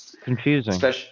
confusing